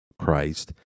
Christ